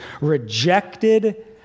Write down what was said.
rejected